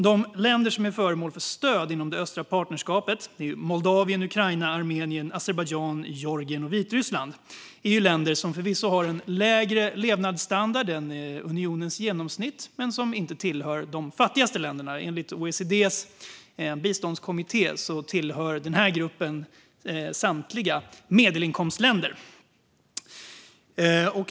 De länder som är föremål för stöd inom det östliga partnerskapet är Moldavien, Ukraina, Armenien, Azerbajdzjan, Georgien och Vitryssland. Det är länder som förvisso har en lägre levnadsstandard än unionens genomsnitt men inte tillhör de fattigaste länderna. Enligt OECD:s biståndskommitté hör samtliga i denna grupp till medelinkomstländer.